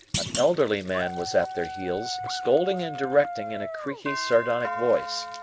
an elderly man was at their heels scolding and directing in a creaky, sardonic voice.